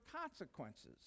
consequences